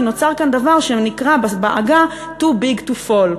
כי נוצר כאן דבר שנקרא בעגה Too big to fall,